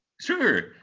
Sure